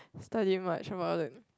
study much about it